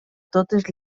totes